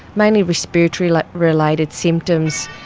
mainly respiratory like related symptoms,